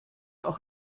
auch